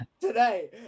today